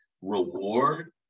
reward